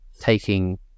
taking